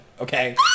okay